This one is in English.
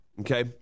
okay